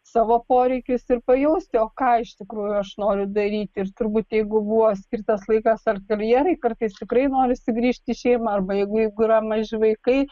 savo poreikius ir pajusti o ką iš tikrųjų aš noriu daryti ir turbūt jeigu buvo skirtas laikas ar karjerai kartais tikrai norisi grįžti į šeimą arba jeigu jeigu yra maži vaikai